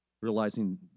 Realizing